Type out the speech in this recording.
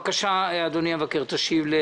בבקשה, אדוני המבקר, תשיב.